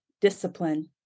discipline